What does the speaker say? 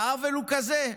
והעוול הוא כזה: